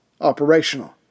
operational